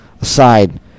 aside